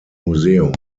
museum